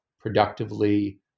productively